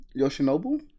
Yoshinobu